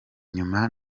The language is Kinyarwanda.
nyuma